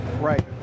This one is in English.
Right